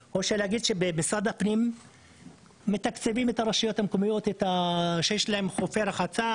משרד הפנים מתקצב את הרשויות המקומיות שיש להן חופי רחצה,